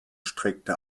streckte